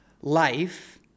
life